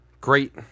Great